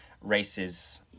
races